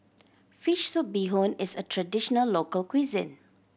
fish soup bee hoon is a traditional local cuisine